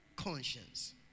conscience